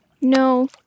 No